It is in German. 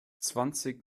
zwanzig